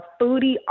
foodie